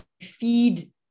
feed